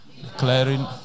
declaring